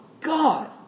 God